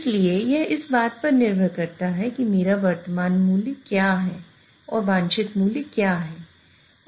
इसलिए यह इस बात पर निर्भर करता है कि मेरा वर्तमान मूल्य क्या है और वांछित मूल्य क्या है